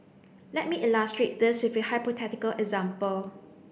let me illustrate this with a hypothetical example